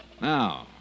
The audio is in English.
Now